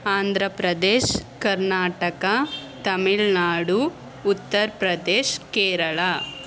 Andhra Pradesh Karnataka Tamil Nadu Uttar Pradesh Kerala